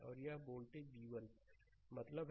और यह voltage v1 मतलब है